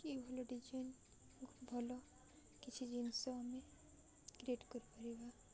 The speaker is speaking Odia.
କି ଭଲ ଡିଜାଇନ୍ ଭଲ କିଛି ଜିନିଷ ଆମେ କ୍ରିଏଟ୍ କରିପାରିବା